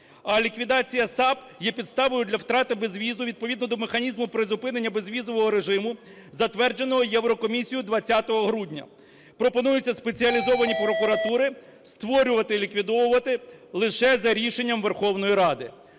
а ліквідація САП є підставою для втрати безвізу відповідно до механізму призупинення безвізового режиму, затвердженого Єврокомісією 20 грудня пропонується спеціалізовані прокуратури створювати і ліквідовувати лише за рішенням Верховної Ради.